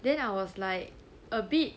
then I was like a bit